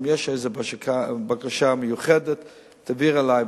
אם יש איזו בקשה מיוחדת תעביר אלי,